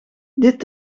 dit